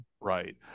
Right